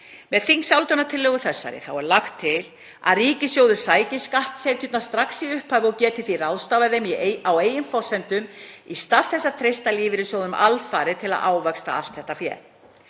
Með þingsályktunartillögu þessari er lagt til að ríkissjóður sæki skatttekjurnar strax í upphafi og geti því ráðstafað þeim á eigin forsendum í stað þess að treysta lífeyrissjóðum alfarið til að ávaxta allt þetta fé.